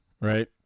right